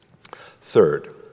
Third